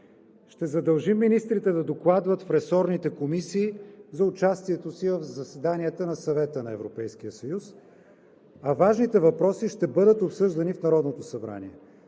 Ще задължим министрите да докладват в ресорните комисии за участието си в заседанията на Съвета на Европейския съюз, а важните въпроси ще бъдат обсъждани в Народното събрание